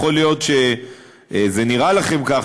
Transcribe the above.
יכול להיות שזה נראה לכם כך,